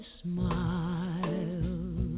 smile